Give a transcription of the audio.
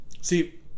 see